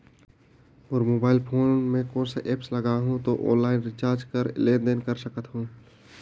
मोर mobile phone मे कोन सा एप्प लगा हूं तो ऑनलाइन रिचार्ज और लेन देन कर सकत हू?